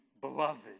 Beloved